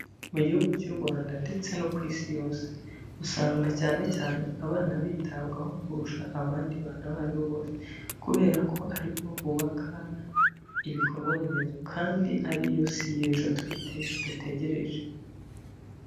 Mu gihugu cy'u Rwanda ndetse no ku Isi yose, usanga cyane cyane abana bitabwaho kurusha abandi bantu abo aribo bose, kubera ko ari bo bubaka ibikorwaremezo kandi ari yo si y'ejo dutegereje.